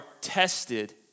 tested